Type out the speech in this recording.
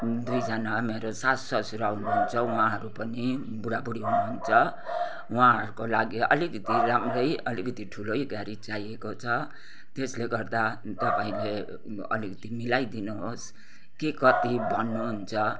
दुईजना मेरो सासु ससुरा हुनुहुन्छ उहाँहरू पनि बुढाबुढी हुनुहुन्छ उहाँहरूको लागि अलिकति राम्रै अलिकति ठुलै गाडी चाहिएको छ त्यसले गर्दा तपाईँले अलिकति मिलाइदिनुहोस् के कति भन्नुहुन्छ